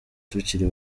tukiri